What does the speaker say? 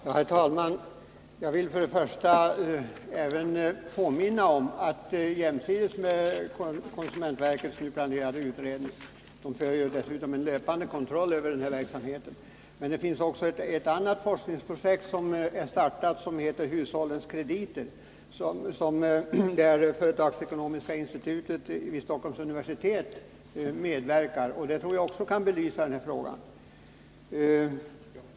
Herr talman! Jag vill påminna om att det jämsides med konsumentverkets utredning sker en löpande kontroll av den här verksamheten. Det finns vidare ett nystartat forskningsprojekt som heter Hushållens krediter, i vilket Företagsekonomiska institutet vid Stockholms universitet medverkar. Det projektet tror jag också kan belysa denna fråga.